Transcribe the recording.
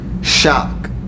shock